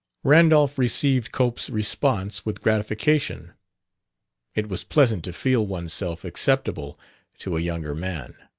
randolph received cope's response with gratification it was pleasant to feel oneself acceptable to a younger man.